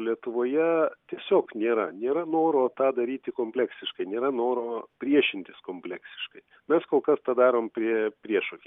lietuvoje tiesiog nėra nėra noro tą daryti kompleksiškai nėra noro priešintis kompleksiškai mes kol kas tą padarom prie priešokiais